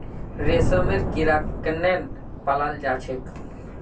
रेशमेर कीड़ाक केनना पलाल जा छेक